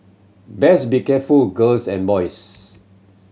best be careful girls and boys